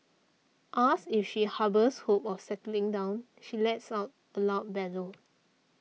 asked if she harbours hopes of settling down she lets out a loud bellow